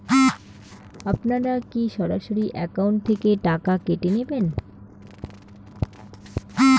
আপনারা কী সরাসরি একাউন্ট থেকে টাকা কেটে নেবেন?